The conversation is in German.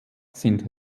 sind